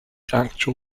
actual